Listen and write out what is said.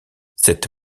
cette